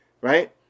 Right